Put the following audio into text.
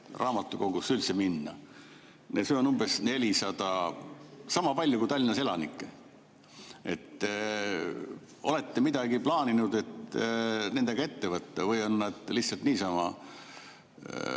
raamatukogusse minna. Seda on umbes sama palju kui Tallinnas elanikke. Olete midagi plaaninud nendega ette võtta või on nad lihtsalt niisama,